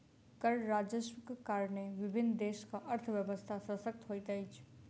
कर राजस्वक कारणेँ विभिन्न देशक अर्थव्यवस्था शशक्त होइत अछि